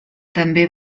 també